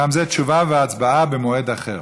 גם זה, תשובה והצבעה במועד אחר.